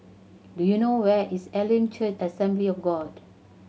do you know where is Elim Church Assembly of God